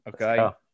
Okay